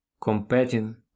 competing